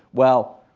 well,